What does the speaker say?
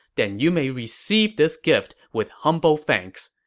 then you may receive this gift with humble thanks.